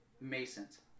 masons